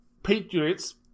Patriots